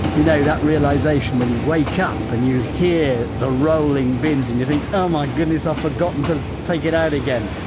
you know that realisation when you wake up and you hear the rolling bins and you think oh my goodness, i've forgotten to take it out again.